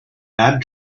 add